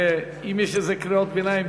ואם יש איזה קריאות ביניים,